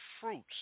fruits